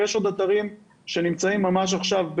ויש עוד אתרים שנמצאים ממש עכשיו,